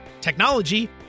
technology